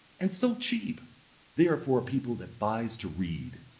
and so cheap they are for a people that buys to read.